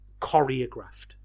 choreographed